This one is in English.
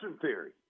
theory